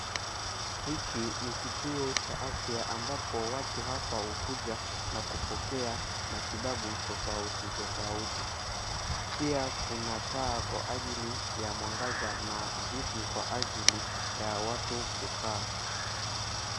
Hiki ni kituo cha afya ambapo watu hapa hukuja na kupokea matibabu tofauti tofauti. Pia kuna taa kwa ajili ya mwangaza na viti kwa ajili ya watu kukaa.